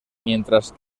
mientras